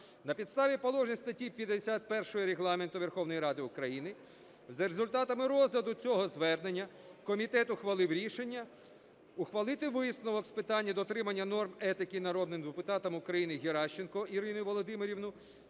На підставі положення статті 51 Регламенту Верховної Ради України за результатами розгляду цього звернення комітет ухвалив рішення ухвалити висновок з питання дотримання норм етики народним депутатом України Геращенко Іриною Володимирівною